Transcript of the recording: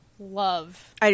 love